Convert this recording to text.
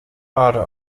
bade